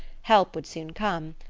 help would soon come,